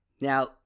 now